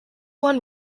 one